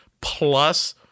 plus